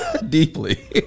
deeply